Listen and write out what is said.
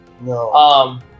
No